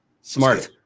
Smart